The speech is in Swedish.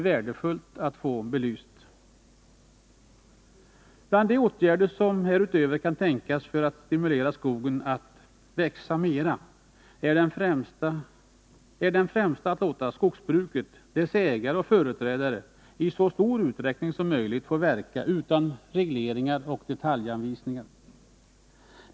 Bland de olika åtgärder som härutöver kan tänkas för att stimulera skogen att ”växa mera” är den främsta att låta skogsbruket, dess ägare och företrädare i så stor utsträckning som möjligt få verka utan regleringar och detaljanvisningar.